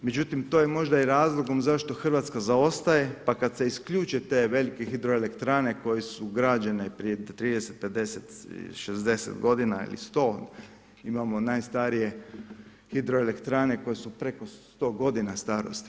Međutim, to je možda i razlogom zašto Hrvatska zaostaje, pa kada se isključe te velike hidroelektrane koje su građene prije 30, 50, 60 g. ili 100 imamo najstarije hidroelektrane koje su preko 100 g. starosti.